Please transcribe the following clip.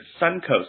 Suncoast